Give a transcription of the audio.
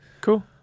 Cool